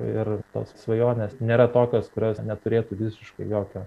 ir tos svajonės nėra tokios kurios neturėtų visiškai jokio